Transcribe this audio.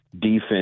defense